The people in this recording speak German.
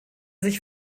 sich